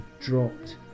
dropped